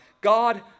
God